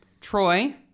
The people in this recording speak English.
Troy